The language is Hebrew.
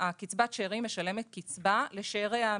וקצבת השארים משלמת קצבה לשארי העמית,